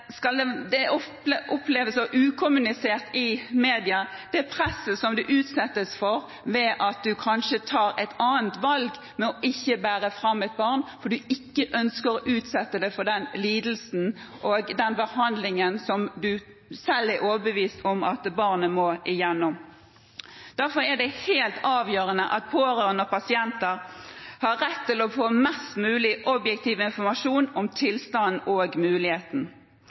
Det oppleves som underkommunisert i media at man kanskje tar valget om ikke å bære fram et barn fordi man ikke ønsker å utsette barnet for den lidelsen og behandlingen man selv er overbevist om at barnet må gjennom. Derfor er det helt avgjørende at pårørende og pasienter har rett til å få en mest mulig objektiv informasjon om tilstand og